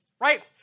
right